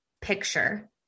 picture